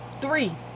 Three